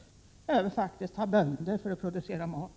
Vi behöver faktiskt ha bönder för att producera mat.